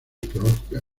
arqueológica